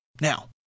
Now